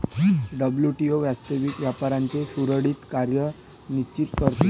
WTO वास्तविक व्यापाराचे सुरळीत कार्य सुनिश्चित करते